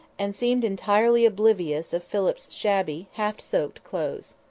and seemed entirely oblivious of philip's shabby, half-soaked clothes.